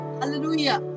hallelujah